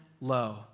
low